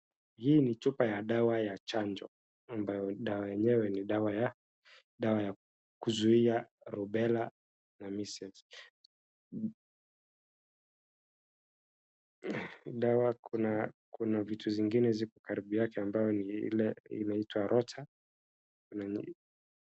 Hii ni chupa ya dawa ya chanjo ambayo dawa yenyewe ni dawa ya, dawa kuzuia Rubela na measles . Dawa kuna vitu izngine ziko karibu yake ambaye ni ile inaitwa rota, kuna nyingine...